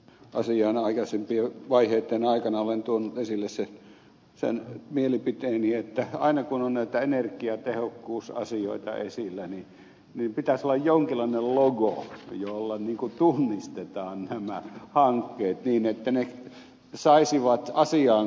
asian aikaisempien vaiheitten aikana olen tuonut esille sen mielipiteeni että aina kun on näitä energiatehokkuusasioita esillä niin pitäisi olla jonkinlainen logo jolla tunnistetaan nämä hankkeet niin että ne saisivat asiaan kuuluvan huomion